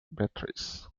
batteries